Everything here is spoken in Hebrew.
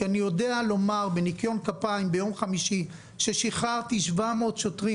כי אני יודע לומר בניקיון כפיים שביום חמישי שחררתי 700 שוטרים